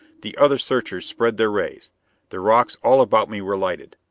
the other searchers spread their rays the rocks all about me were lighted.